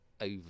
over